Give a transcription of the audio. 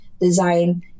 design